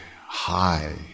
high